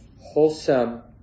wholesome